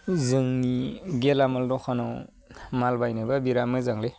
जोंनि गेलामाल द'खानाव माल बायनोबा बिराद मोजांलै